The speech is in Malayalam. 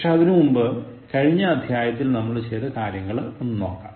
പക്ഷേ അതിനു മുമ്പ് കഴിഞ്ഞ അധ്യായത്തിൽ നമ്മൾ ചെയ്ത കാര്യങ്ങൾ ഒന്ന് നോക്കാം